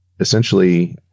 essentially